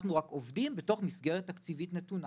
אנו רק עובדים בתוך מסגרת תקציבית נתונה